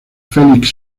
felix